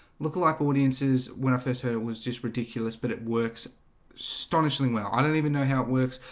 look-alike audiences when i first heard it was just ridiculous, but it works strana sling. well, i don't even know how it works.